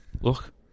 Look